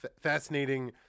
fascinating